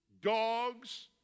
dogs